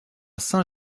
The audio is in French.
saint